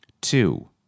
Two